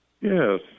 Yes